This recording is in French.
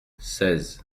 seize